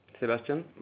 Sebastian